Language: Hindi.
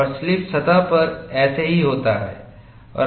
और स्लिप सतह पर ऐसा ही होता है